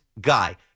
Guy